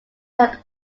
that